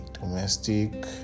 domestic